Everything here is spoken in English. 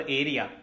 area